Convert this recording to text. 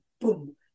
boom